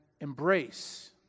embrace